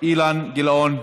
אילן גילאון,